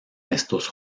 estos